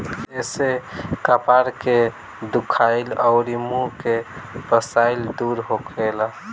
एसे कपार के दुखाइल अउरी मुंह के बसाइल दूर होखेला